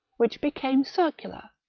which became circular,